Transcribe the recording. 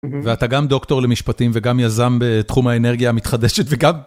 ואתה גם דוקטור למשפטים, וגם יזם בתחום האנרגיה המתחדשת וגם...